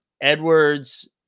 Edwards